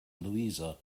louisa